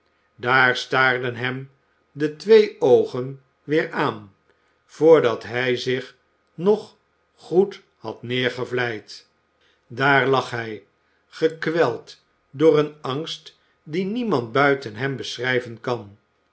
daar staarden hem de twee oogen weer aan voordat hij zich nog goed had neergevleid daar lag hij gekweld door een angst dien niemand buiten hem beschrijven kan